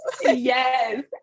yes